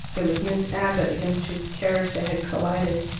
it was miss abbott, against whose carriage they had collided.